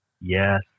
Yes